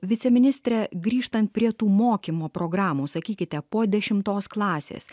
viceministrę grįžtant prie tų mokymo programų sakykite po dešimtos klasės